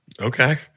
Okay